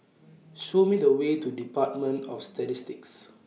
Show Me The Way to department of Statistics